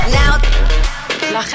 now